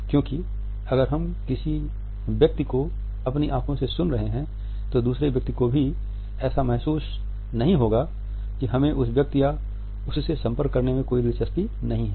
क्योंकि अगर हम किसी व्यक्ति को अपनी आंखों से सुन रहे हैं तो दूसरे व्यक्ति को कभी ऐसा महसूस नहीं होगा कि हमें उस व्यक्ति या उससे संपर्क में कोई दिलचस्पी नहीं है